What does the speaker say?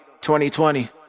2020